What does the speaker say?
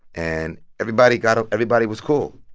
and everybody got up everybody was cool.